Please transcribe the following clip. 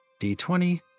D20